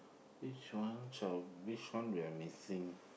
which one so which one we are missing